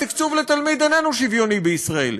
התקצוב לתלמיד איננו שוויוני בישראל.